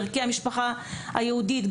ערכי המשפחה היהודית.